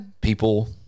people